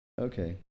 Okay